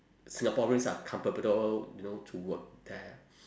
singaporeans are comfortable you know to work there